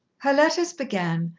her letters began,